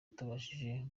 atabashije